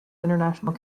international